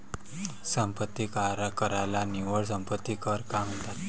संपत्ती कराला निव्वळ संपत्ती कर का म्हणतात?